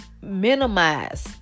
minimize